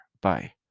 Bye